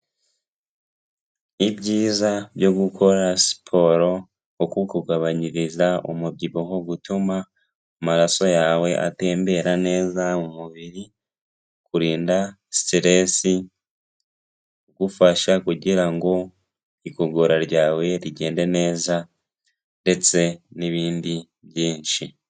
Ibyiza byo gukora siporo nko kukugabanyiriza umubyibuho gutuma amaraso yawe atembera neza mu mubiri, kurinda siteresi, igufasha kugira ngo igogora ryawe rigende neza ndetse n'ibindi byinshi.